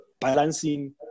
balancing